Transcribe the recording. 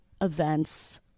events